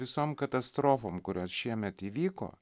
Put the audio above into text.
visom katastrofom kurios šiemet įvyko